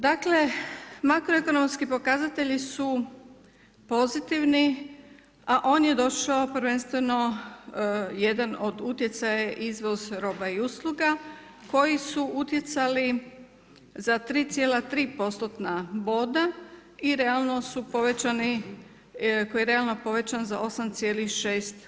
Dakle, makroekonomski pokazatelji su pozitivni, a on je došao prvenstveno jedan od utjecaja je izvoz roba i usluga koji su utjecali za 3,3 postotna boda i realno su povećani i koji je realno povećan za 8,6%